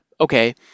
okay